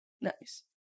Nice